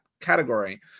category